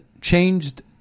changed